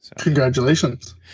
Congratulations